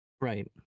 Right